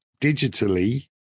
digitally